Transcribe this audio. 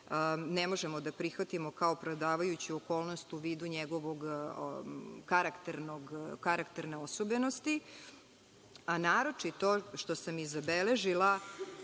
ne možemo da prihvatimo kao opravdavajuću okolnost u vidu njegove karakterne osobenosti, a naročito, što sam i zabeležila,